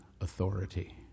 authority